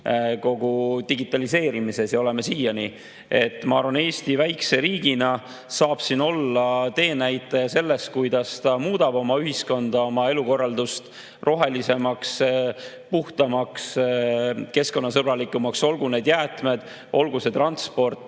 kogu digitaliseerimises, ja oleme siiani. Ma arvan, et Eesti väikese riigina saab siin olla teenäitaja selles, kuidas ta muudab oma ühiskonda, oma elukorraldust rohelisemaks, puhtamaks, keskkonnasõbralikumaks. Olgu need jäätmed, olgu see transport,